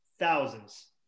thousands